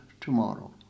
tomorrow